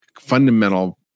fundamental